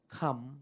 come